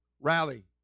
rally